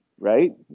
Right